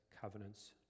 Covenants